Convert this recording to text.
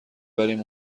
بریم